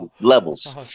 levels